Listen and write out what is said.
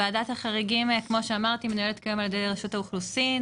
ועדת החריגים מנוהלת כיום על-ידי רשות האוכלוסין.